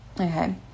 okay